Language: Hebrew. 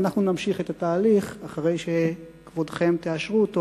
ואנחנו נמשיך את התהליך אחרי שכבודכם תאשרו אותו